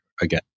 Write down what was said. again